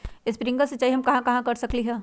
Sprinkle सिंचाई हम कहाँ कहाँ कर सकली ह?